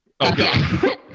Okay